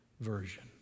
version